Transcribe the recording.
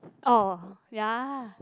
orh ya